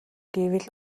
гэвэл